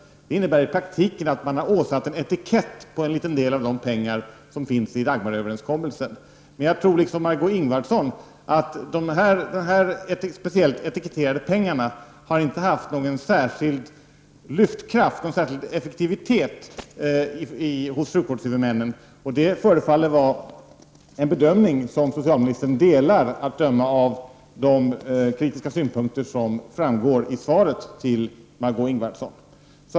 Det innebär i praktiken att man har satt en etikett på en liten del av de pengar som ingår i Dagmaröverenskommelsen. Jag tror dock, liksom Margö Ingvardsson, att dessa speciellt etiketterade pengarna inte har haft någon särskild lyftkraft, någon särskild effektivitet, hos sjukvårdshuvudmännen. Det förefaller vara en bedömning som socialministern delar, att döma av de kritiska synpunkter som framgår i svaret till Margö Ingvardsson.